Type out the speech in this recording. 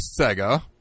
Sega